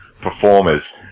performers